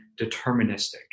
deterministic